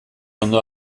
ondo